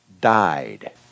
died